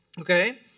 okay